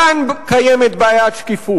כאן באמת קיימת בעיית שקיפות.